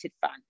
fan